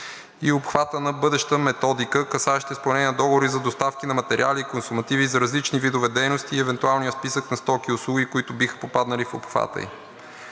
и обхватът на бъдеща методика, касаеща изпълнение на договори за доставки на материали, консумативи за различни видове дейности, и евентуалният списък на стоки и услуги, които биха попаднали в обхвата ѝ.